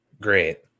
great